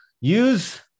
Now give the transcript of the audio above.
use